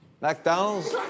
McDonald's